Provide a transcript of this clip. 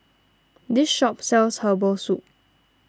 this shop sells Herbal Soup